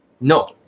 No